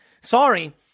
Sorry